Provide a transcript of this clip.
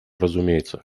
разумеется